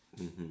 mmhmm mmhmm